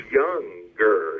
younger